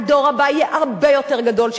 הדור הבא של עבריינות יהיה הרבה יותר גדול,